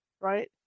right